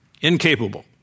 Incapable